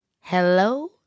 Hello